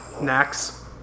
Next